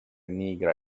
nigra